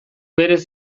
berez